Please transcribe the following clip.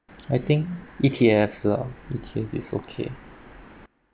I think E_T_S lah E_T_S is okay